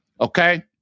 Okay